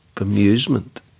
amusement